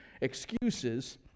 excuses